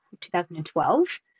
2012